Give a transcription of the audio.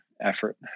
effort